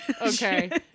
Okay